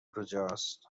کجاست